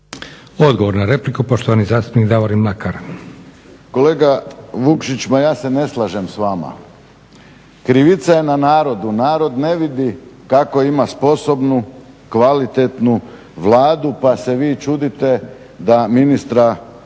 Odgovor na repliku, poštovani zastupnik Davorin Mlakar. **Mlakar, Davorin (HDZ)** Kolega Vukšić ma ja se ne slažem s vama. Krivica je na narodu, narod ne vidi kako ima sposobnu, kvalitetnu Vladu pa se vi čudite da ministra